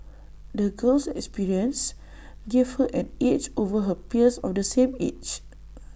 the girl's experiences gave her an edge over her peers of the same age